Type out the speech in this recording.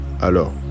Alors